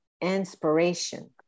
inspiration